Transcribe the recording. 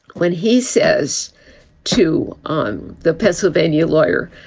when he says to on the pennsylvania lawyer,